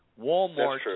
walmart